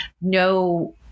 no